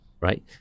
right